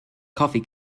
coffee